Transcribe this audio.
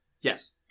Yes